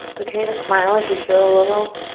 okay to smile if you feel a little